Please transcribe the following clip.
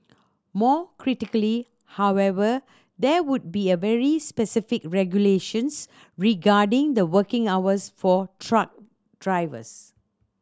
more critically however there would be very specific regulations regarding the working hours for truck drivers